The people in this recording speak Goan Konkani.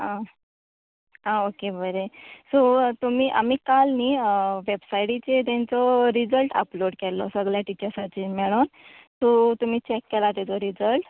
आं आं ओके बरें सो तुमी आमी काल न्ही वेबसायटीचेर तेंचो रीजल्ट अपलोड केल्लो सगल्या टिचर्सानी मेळून सो तुमी चॅक केला तेजो रिजल्ट